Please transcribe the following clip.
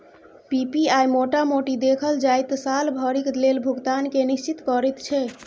PPI मोटा मोटी देखल जाइ त साल भरिक लेल भुगतान केँ निश्चिंत करैत छै